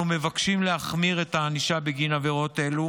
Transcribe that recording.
אנחנו מבקשים להחמיר את הענישה בגין עבירות אלו